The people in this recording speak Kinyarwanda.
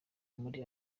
muri